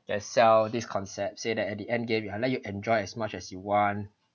can sell this concept say that at the end game I'll let you enjoy as much as you want